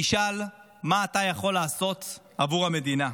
תשאל מה אתה יכול לעשות עבור המדינה.